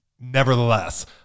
Nevertheless